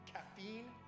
Caffeine